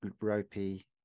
ropey